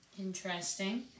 Interesting